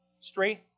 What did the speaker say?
straight